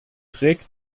trägt